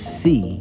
see